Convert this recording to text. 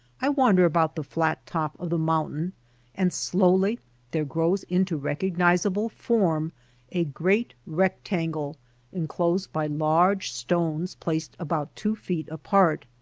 i wander about the flat top of the mountain and slowly there grows into recognizable form a great rectangle enclosed by large stones placed about two feet apart.